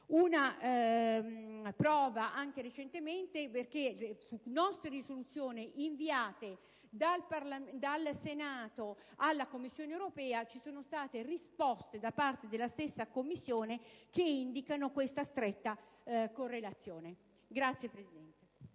prova anche recentemente perché su risoluzioni inviate dal Senato alla Commissione europea ci sono state risposte da parte della stessa Commissione che indicano questa stretta correlazione. Signora Presidente,